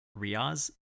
Riaz